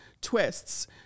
twists